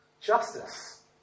justice